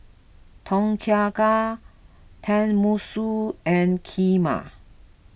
Tom Kha Gai Tenmusu and Kheema